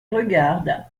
regarde